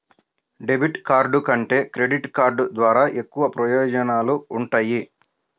debit card కంటే credit card ద్వారా ఎక్కువ ప్రయోజనాలు వుంటయ్యి